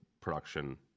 production